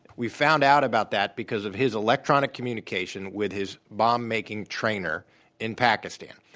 we found out about that because of his electronic communication with his bomb-making trainer in pakistan.